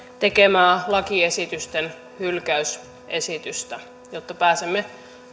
tekemää lakiesitysten hylkäysesitystä jotta pääsemme